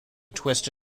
twist